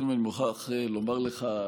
אני קודם כול מוכרח לומר לך,